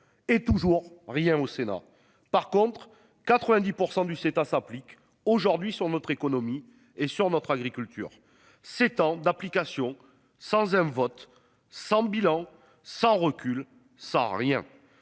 et toujours rien au Sénat par contre 90% du sept à s'applique aujourd'hui sur notre économie et sur notre agriculture s'étend d'application sans un vote sans bilan sans recul sans rien